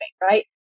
right